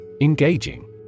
Engaging